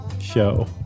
show